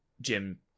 Jim